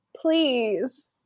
Please